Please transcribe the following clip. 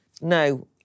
no